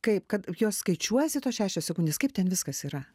kaip kad jos skaičiuojasi tos šešios sekundės kaip ten viskas yra